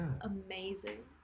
amazing